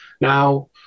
now